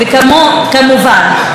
וכמובן,